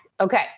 Okay